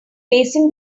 facing